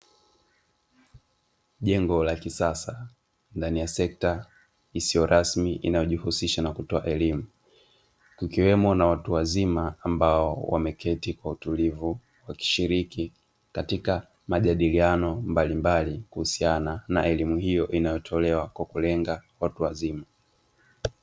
Jengo la kisasa lenye sekta isiyo rasmi inayojihusisha na kutoa elimu kukiwemo na watu wazima ambao wameketi kwa utulivu, wakishiriki katika majadiliano mbalimbali kuhusiana na elimu hiyo inayotolewa kwa kulenga watu wazima.